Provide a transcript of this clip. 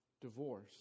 divorce